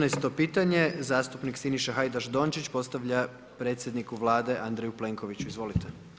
Četrnaesto pitanje, zastupnik Siniša Hajdaš Dončić postavlja predsjedniku Vlade Andreju Plenkoviću, izvolite.